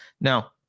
Now